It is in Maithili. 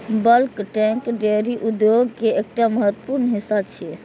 बल्क टैंक डेयरी उद्योग के एकटा महत्वपूर्ण हिस्सा छियै